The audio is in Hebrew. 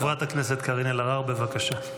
חברת הכנסת קארין אלהרר, בבקשה.